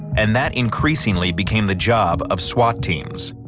and that increasingly became the job of swat teams.